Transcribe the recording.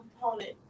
component